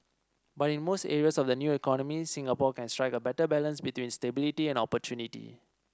but in most areas of the new economy Singapore can strike a better balance between stability and opportunity